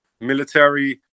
military